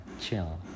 chill